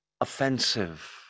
offensive